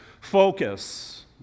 focus